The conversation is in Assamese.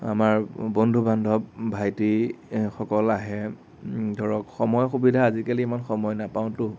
আমাৰ বন্ধু বান্ধৱ ভাইটি সকল আহে ধৰক সময় সুবিধা আজিকালি ইমান সময় নাপাওঁতো